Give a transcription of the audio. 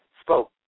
spoke